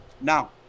Now